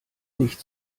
nicht